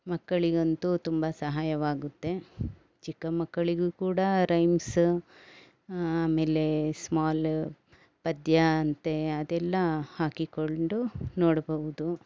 ಮಕ್ಕಳಿಗಂತೂ ತುಂಬ ಸಹಾಯವಾಗುತ್ತೆ ಚಿಕ್ಕ ಮಕ್ಕಳಿಗೂ ಕೂಡ ರೈಮ್ಸ ಆಮೇಲೆ ಸ್ಮಾಲ ಪದ್ಯ ಅಂತೆ ಅದೆಲ್ಲ ಹಾಕಿಕೊಂಡು ನೋಡ್ಬಹುದು